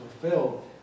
fulfilled